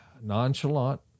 nonchalant